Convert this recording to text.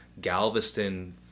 galveston